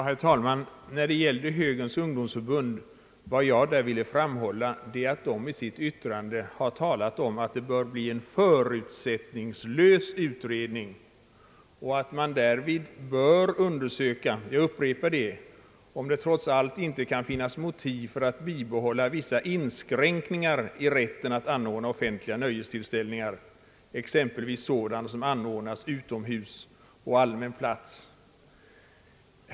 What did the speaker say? Herr talman! Vad jag ville framhålla beträffande Högerns ungdomsförbund var att detta i sitt yttrande har talat om att det bör bli en förutsättningslös utredning och att det därvid bör undersökas — jag upprepar det — om det trots allt inte kan finnas motiv för att bibehålla vissa inskränkningar i rätten att anordna offentliga nöjestillställningar, exempelvis sådana som anordnas utomhus på allmän plats.